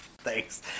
Thanks